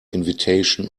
invitation